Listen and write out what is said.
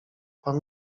pan